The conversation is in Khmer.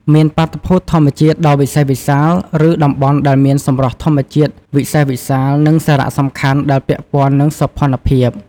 មានបាតុភូតធម្មជាតិដ៏វិសេសវិសាល ឬតំបន់ដែលមានសម្រស់ធម្មជាតិវិសេសវិសាល និងសារៈសំខាន់ដែលពាក់ព័ន្ធនឹងសោភណភាព។